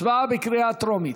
הצבעה בקריאה טרומית.